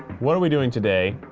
what are we doing today?